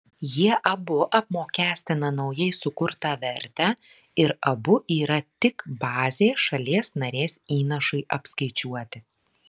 jie abu apmokestina naujai sukurtą vertę ir abu yra tik bazė šalies narės įnašui apskaičiuoti